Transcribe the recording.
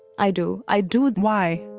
i do. i do. why?